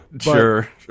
sure